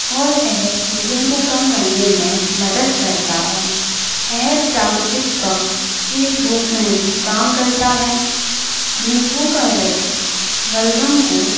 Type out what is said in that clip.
और यह सूजन को कम करने में मदद करता है यह प्राकृतिक कफ के रूप में भी काम करता है नींबू का रस बलगम को